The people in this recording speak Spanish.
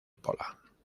pola